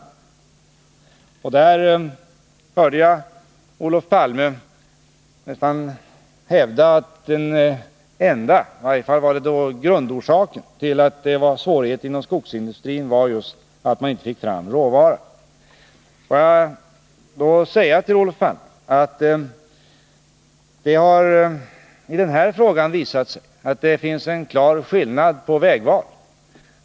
I det sammanhanget vill jag anknyta till att Olof Palme i sitt anförande hävdade att den enda orsaken — i varje fall var det grundorsaken — till svårigheterna inom skogsindustrin var just att man inte fick fram råvara. Får jag då säga till Olof Palme att det i den här frågan har visat sig att det finns en klar skillnad i fråga om vägval.